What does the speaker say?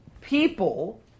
people